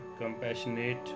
compassionate